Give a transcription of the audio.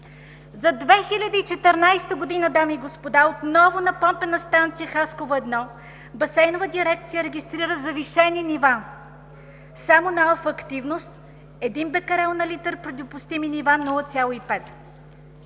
За 2014 г., дами и господа, отново на Помпена станция „Хасково 1“ Басейнова дирекция регистрира завишени нива само на алфа-активност един бекерел на литър при допустими нива 0,5.